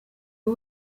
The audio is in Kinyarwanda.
uwo